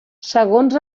segons